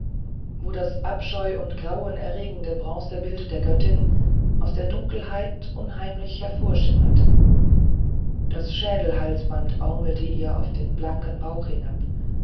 wo das abscheu und grauen erregende bronzebild der göttin aus der dunkelheit unheimlich hervorschimmerte das schädelhalsband baumelte ihr auf den blanken bauch hinab